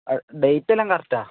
ആ ഡേറ്റെല്ലാം കറക്റ്റാണ്